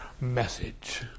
message